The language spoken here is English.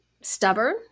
stubborn